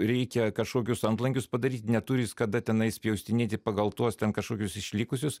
reikia kažkokius antlankius padaryti neturi jis kada tenais pjaustinėti pagal tuos ten kažkokius išlikusius